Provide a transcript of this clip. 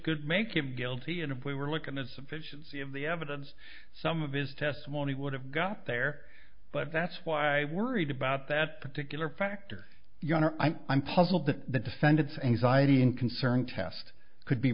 could make him guilty and if we were looking at sufficiency of the evidence some of his testimony would have got there but that's why i worried about that particular factor your honor i'm puzzled that the defendant's anxiety and concern test could be